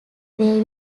they